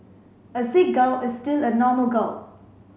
a sick gal is still a normal gal